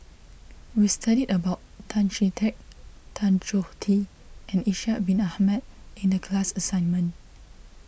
we studied about Tan Chee Teck Tan Choh Tee and Ishak Bin Ahmad in the class assignment